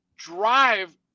drive